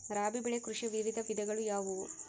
ರಾಬಿ ಬೆಳೆ ಕೃಷಿಯ ವಿವಿಧ ವಿಧಗಳು ಯಾವುವು?